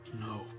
No